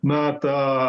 na ta